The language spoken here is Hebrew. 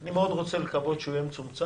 אני מאוד רוצה לקוות שהוא יהיה מצומצם.